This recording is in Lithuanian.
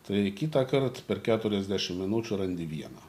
tai kitąkart per keturiasdešimt minučių randi vieną